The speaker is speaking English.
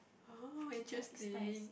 oh interesting